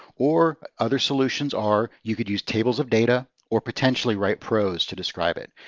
or other solutions are you could use tables of data or potentially write prose to describe it.